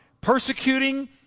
persecuting